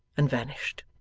and vanished.